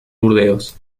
burdeos